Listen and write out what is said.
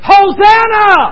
Hosanna